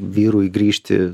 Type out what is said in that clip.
vyrui grįžti